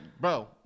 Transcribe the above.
bro